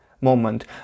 moment